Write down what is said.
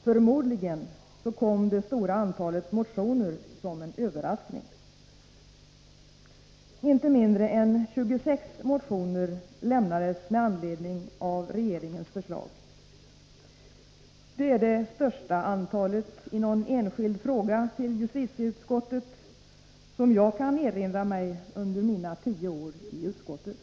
Förmodligen kom det stora antalet motioner som en överraskning. Inte mindre än 26 motioner lämnades med anledning av regeringens Nr 36 förslag. Det är det största antalet i någon enskild fråga till justitieutskottet Onsdagen den som jag kan erinra mig under mina tio år i utskottet.